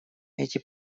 эти